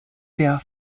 der